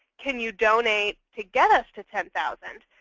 can you donate to get us to ten thousand